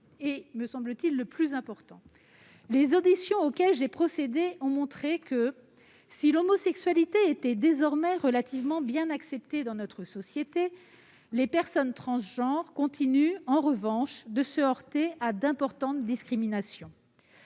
Dernier élément, le plus important selon moi : les auditions auxquelles j'ai procédé ont montré que, si l'homosexualité était désormais relativement bien acceptée dans notre société, les personnes transgenres continuent en revanche de se heurter à d'importantes discriminations.